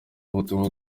ubutumwa